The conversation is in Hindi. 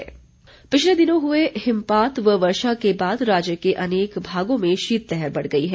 मौसम पिछले दिनों हुए हिमपात व वर्षा के बाद राज्य के अनेक भागों में शीतलहर बढ़ गई है